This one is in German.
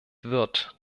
wird